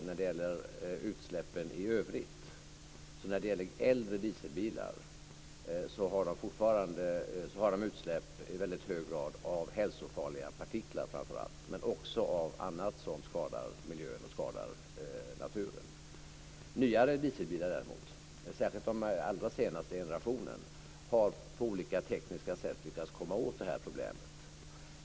När det gäller utsläppen i övrigt har samtidigt äldre dieselbilar i hög grad utsläpp av framför allt hälsofarliga partiklar, men också av annat som skadar miljön och naturen. Nyare dieselbilar däremot, särskilt den allra senaste generationen, har på olika tekniska sätt lyckats komma åt detta problem.